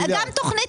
גם תוכנית